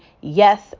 yes